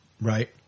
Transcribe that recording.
Right